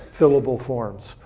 fillable forms.